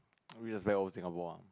miss back old Singapore ah